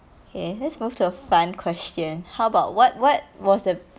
okay let's move to a fun question how about what what was the